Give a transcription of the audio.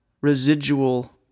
residual